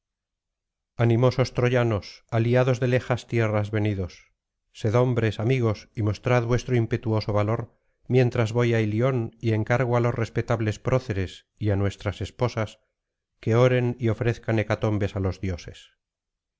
animosos troyanos aliados de lejas tierras venidos sed hombres amigos y mostrad vuestro impetuoso valor mientras voy á ilion y encargo á los respetables proceres y á nuestras esposas que oren y ofrezcan hecatombes á los dioses